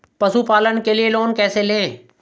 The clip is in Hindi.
पशुपालन के लिए लोन कैसे लें?